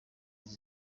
bita